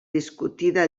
discutida